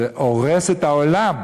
זה הורס את העולם.